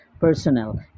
personnel